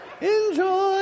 Enjoy